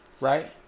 right